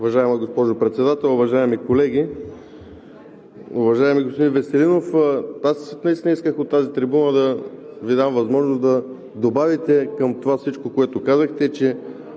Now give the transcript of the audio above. Уважаема госпожо Председател, уважаеми колеги! Уважаеми господин Веселинов, аз наистина исках от трибуната да Ви дам възможност да добавите към всичко това, което казахте, че